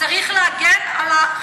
צריך להגן על החברה.